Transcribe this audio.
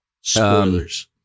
spoilers